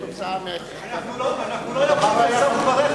אנחנו לא יורדים לסוף דבריך,